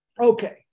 Okay